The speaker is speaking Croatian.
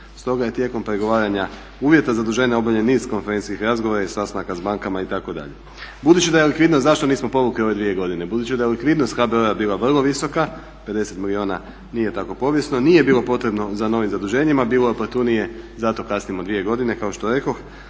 stoga je tijekom pregovaranja uvjeta zaduženja obavljen niz konferencijski razgovora i sastanaka sa bankama itd.. Budući da je likvidnost, zašto nismo povukli ove dvije godine? Budući da je likvidnost HBOR-a bila vrlo visoka 50 milijuna nije tako …/Govornik se ne razumije./…nije bilo potrebno za novim zduženjima, bilo je oportunije zato kasnimo dvije godine kao što rekoh,